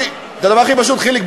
והן אמרו לי את הדבר הכי פשוט: חיליק,